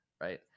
Right